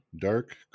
dark